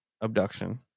abduction